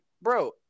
bro